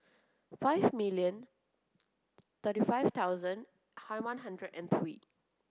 five million thirty five thousand hi one hundred and three